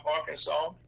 Arkansas